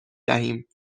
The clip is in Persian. دهیم